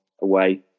away